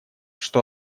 что